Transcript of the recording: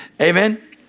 amen